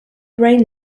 brain